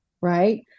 right